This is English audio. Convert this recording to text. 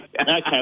Okay